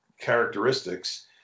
characteristics